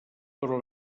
però